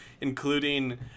including